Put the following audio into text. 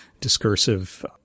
discursive